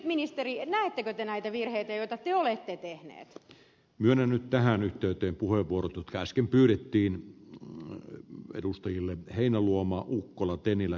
näettekö te näitä virheitä joita te olette tehneet mene nyt tähän yhteyteen puhe vuorot jotka äsken pyydettiin harry edustajille heinäluoma kollageenilla